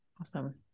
Awesome